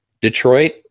Detroit